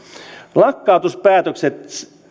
lakkautuspäätöksen